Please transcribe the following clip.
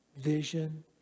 vision